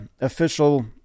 official